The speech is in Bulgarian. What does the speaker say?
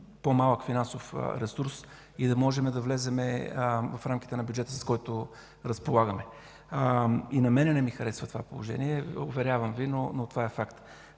по-малък финансов ресурс и да можем да влезем в рамките на бюджета, с който разполагаме. И на мен не ми харесва това положение, уверявам Ви, но това е факт.